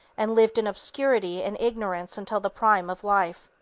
and lived in obscurity and ignorance until the prime of life.